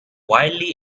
wildly